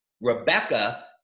Rebecca